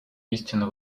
истина